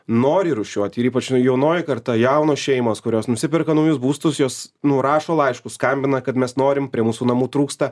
nori rūšiuoti ir ypač jaunoji karta jaunos šeimos kurios nusiperka naujus būstus jos nu rašo laiškus skambina kad mes norim prie mūsų namų trūksta